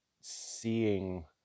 seeing